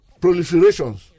proliferations